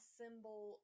symbol